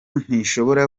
ntishobora